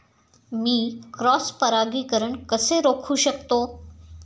मी cross परागीकरण कसे रोखू शकतो?